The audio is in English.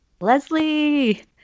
Leslie